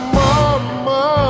mama